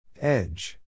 Edge